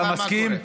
אתה מסכים?